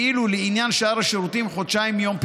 ואילו לעניין שאר השירותים, חודשיים מיום פרסומו.